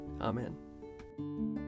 Amen